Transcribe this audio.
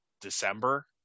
December